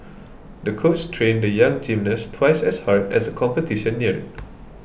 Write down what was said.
the coach trained the young gymnast twice as hard as the competition neared